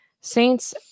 Saints